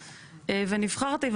נבחרתי,